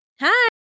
hi